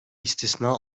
istisna